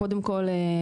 קודם כל,